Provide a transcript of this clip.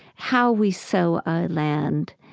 how we sow our land,